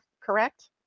correct